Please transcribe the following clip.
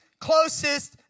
closest